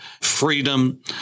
freedom